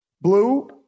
blue